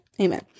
Amen